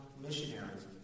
missionaries